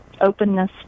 openness